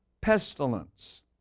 pestilence